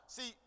See